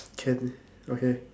can okay